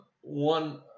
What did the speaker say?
one